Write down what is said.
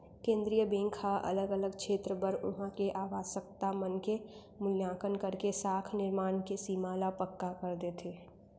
केंद्रीय बेंक ह अलग अलग छेत्र बर उहाँ के आवासकता मन के मुल्याकंन करके साख निरमान के सीमा ल पक्का कर देथे